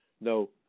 no